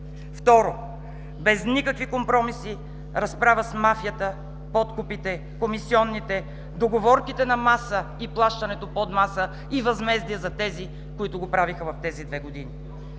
Второ, без никакви компромиси разправа с мафията, подкупите, комисионните, договорките на маса и плащането под маса, и възмездие за тези, които го правиха в тези две години.